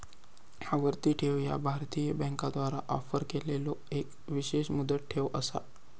आवर्ती ठेव ह्या भारतीय बँकांद्वारा ऑफर केलेलो एक विशेष मुदत ठेव असा